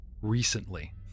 recently